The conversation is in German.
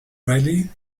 rallye